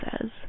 says